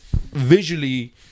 visually